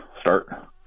start